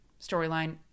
storyline